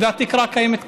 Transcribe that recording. והתקרה הקיימת קרסה,